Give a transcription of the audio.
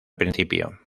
principio